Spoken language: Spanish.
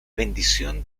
bendición